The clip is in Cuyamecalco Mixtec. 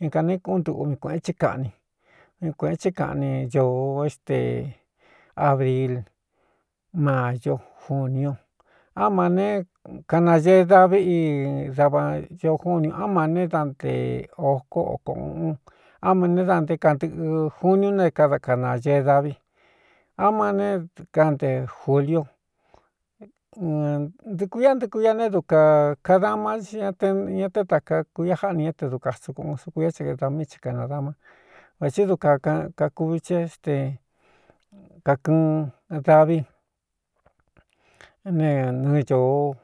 Inkān ne kuꞌún ntuꞌuvi kuēꞌen chí kaꞌni kuēꞌen chɨ kaꞌni ñōo éxte abril maño jūniu á maā ne kanañee davi i davañoo júniu á ma ne da nte ocó oko ūꞌun á ma né da nté kantɨꞌɨ juniu na é kada kanañee davi á ma né kante jūlio n ntɨkuiá ntɨku ia ne duka kadama í ña te ña té tāka ku ia jáꞌni ñé te du ka sukuꞌun sukun á chi da mí che kanadama vēthi duka akakuvi ché te kakɨꞌɨn davi ne nɨɨñōo